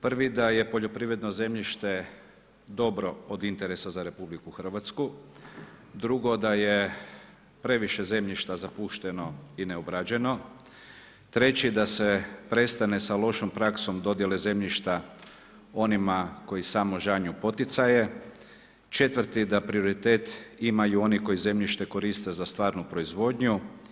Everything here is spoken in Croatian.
Prvi, da je poljoprivredno zemljište, dobro od interesa za RH, drugo da je previše zemljišta zapušteno i neobrađeno, treći, da se prestane sa lošom praksom dodijele zemljišta onima koji samo žanju poticaje, četvrti da prioritet imaju oni koji zemljište koriste za stvarnu proizvodnju.